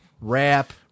Rap